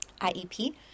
IEP